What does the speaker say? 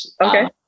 okay